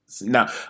Now